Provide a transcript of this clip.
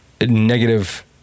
negative